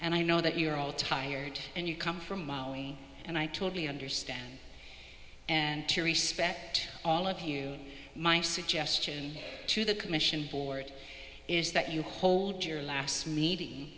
and i know that you're all tired and you come from me and i totally understand and to respect all of you my suggestion to the commission board is that you hold your last meeting